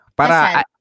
para